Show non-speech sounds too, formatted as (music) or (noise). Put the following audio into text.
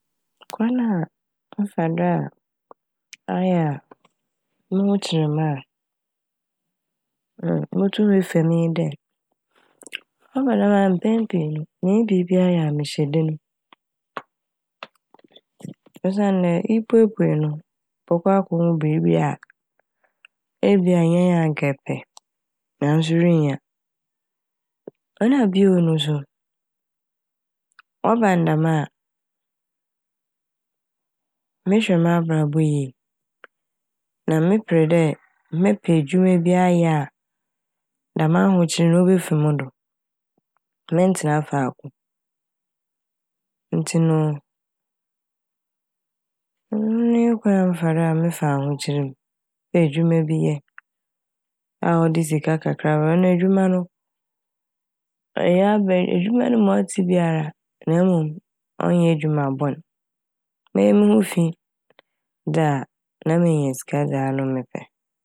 (noise) Kwan a mefa do a ɔyɛ a mo ho kyer me a (hesitation) motum mefa mu nye dɛ ɔba ne dɛm a mpɛn pii no minnyi biibia yɛ a mehyɛ dane mu (noise) osiandɛ epueipuei no bɔkɔ akohu biibi a ebi a enyae a nkɛ epɛ naaso irinnya. Na bio no so ɔba n' dɛm a mehwɛ m'abrabɔ yie na meper dɛ (noise) mɛpɛ edwuma bi ayɛ a dɛm ahokyer no obefi mo do menntsena faako ntsi no (hesitation) ɔno nye kwan a mefa do fa ahokyer m'. Mepɛ edwuma bi yɛ a ɔde sika kakra ba ɔno edwuma no ɔnnyɛ abe- edwuma no ma ɔtse biara na mom ɔnnyɛ edwuma bɔn. Mɛyɛ mo ho fi dze a na menya sika dze a ano mepɛ.